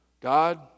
God